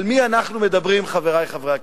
על מי אנחנו מדברים, חברי חברי הכנסת?